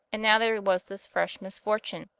and now there was this fresh misfortune,